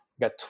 got